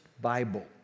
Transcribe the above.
Bible